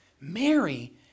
Mary